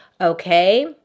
okay